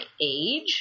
age